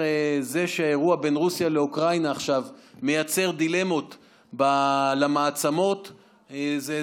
זה שעכשיו האירוע בין רוסיה לאוקראינה מייצר דילמות למעצמות זה עזרה,